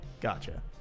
Gotcha